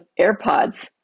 AirPods